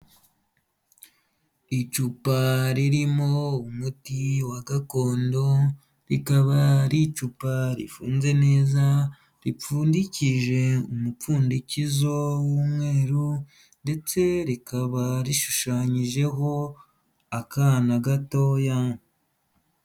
Icupa ririmo umuti wa gakondo, rikaba ari icupa rifunze neza ripfundikije umupfundikizo w'umweru ndetse rikaba rishushanyijeho akana gatoya.